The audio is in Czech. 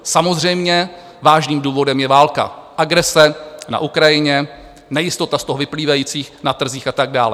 Samozřejmě vážným důvodem je válka, agrese na Ukrajině, nejistota z toho vyplývající na trzích a tak dále.